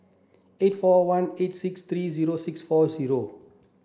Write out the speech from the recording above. eight four one eight six three zero six four zero